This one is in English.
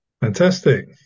fantastic